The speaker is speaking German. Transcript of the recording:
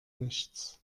nichts